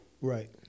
Right